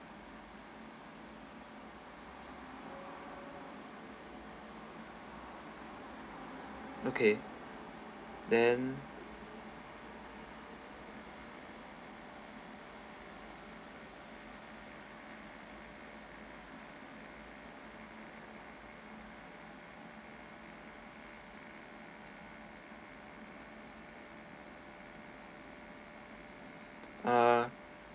okay then ah